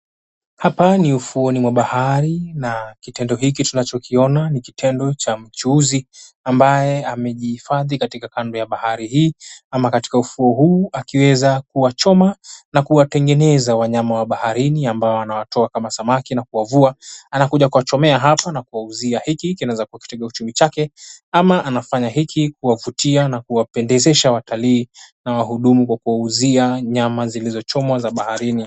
Hapa ni ufuoni mwa bahari. Na kitendo hiki tunachokiona ni kitendo cha mchuuzi ambaye amejihifadhi katika kando ya bahari hii ama katika ufuo huu akiweza kuwachoma na kuwatengeneza wanyama wa baharini, ambao anawatoa kama samaki na kuwavua, anakuja kuwachomea hapa na kuwauzia. Hiki kinaweza kitega uchumi chake ama anafanya hiki kuwavutia na kuwapendezesha watalii na wahudumu kwa kuwauzia nyama zilizochomwa za baharini.